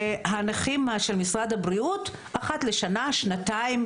הנכים של משרד הבריאות אחת לשנה-שנתיים.